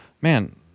man